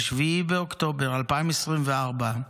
ב-7 באוקטובר 2024,